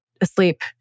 asleep